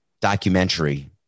documentary